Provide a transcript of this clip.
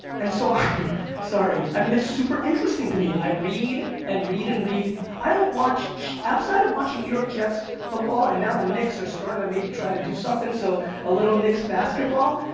and so sorry. i mean it's super interesting to me. i read, and read, and read. i don't watch, outside of watching new york jets football, and now the knicks are starting to maybe try to do something, so a little knicks basketball,